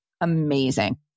Amazing